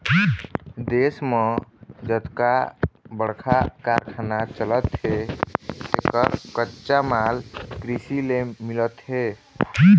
देश म जतका बड़का बड़का कारखाना चलत हे तेखर कच्चा माल कृषि ले मिलत हे